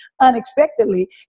unexpectedly